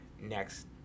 next